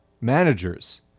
managers